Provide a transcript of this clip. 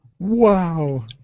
Wow